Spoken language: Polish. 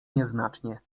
nieznacznie